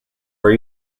were